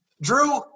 Drew